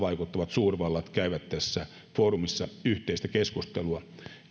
suurvallat käyvät tässä foorumissa yhteistä keskustelua